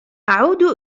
أعود